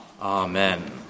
Amen